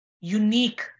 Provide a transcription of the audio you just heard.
unique